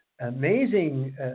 Amazing